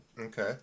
Okay